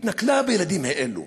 התנכלו לילדים האלו,